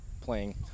playing